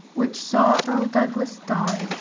which saw erle douglas dye,